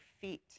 feet